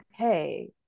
okay